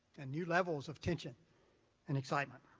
and new levels of tension and excitement.